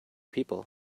people